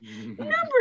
Number